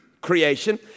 creation